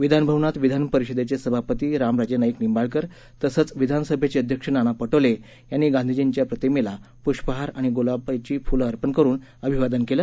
विधान भवनात विधान परिषदेचे सभापती रामराजे नाईक निंबाळकर तसंच विधानसभेचे अध्यक्ष नाना पटोले यांनी गांधीजींच्या प्रतिमेस पृष्पहार आणि गलाबाची फ़लं अर्पण करुन अभिवादन केलं